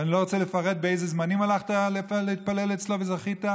ואני לא רוצה לפרט באיזה זמנים הלכת להתפלל אצלו וזכית,